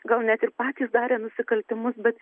gal net ir patys darė nusikaltimus bet